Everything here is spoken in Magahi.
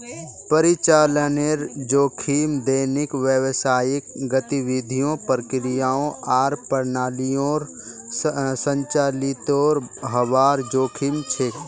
परिचालनेर जोखिम दैनिक व्यावसायिक गतिविधियों, प्रक्रियाओं आर प्रणालियोंर संचालीतेर हबार जोखिम छेक